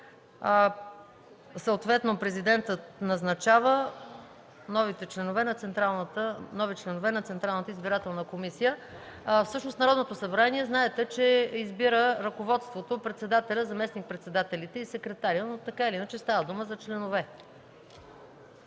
съответно Президентът назначава нови членове на Централната избирателна комисия. Всъщност знаете, че Народното събрание избира ръководството – председателя, заместник-председателите и секретаря, но така или иначе става дума за членове.